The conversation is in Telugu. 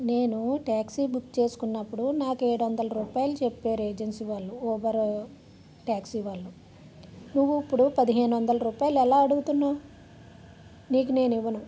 నేను ట్యాక్సీ బుక్ చేసుకున్నప్పుడు నాకు ఏడు వందలు రూపాయలు చెప్పారు ఏజెన్సీ వాళ్లు ఊబర్ ట్యాక్సీ వాళ్లు నువ్వు ఇప్పుడు పదిహేను వందలు రూపాయలు ఎలా అడుగుతున్నావు నీకు నేను ఇవ్వను